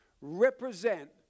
represent